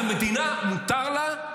אז המדינה, מותר לה,